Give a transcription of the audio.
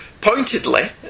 Pointedly